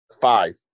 Five